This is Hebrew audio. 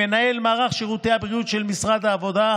מנהל מערך שירותי הבריאות של משרד העבודה,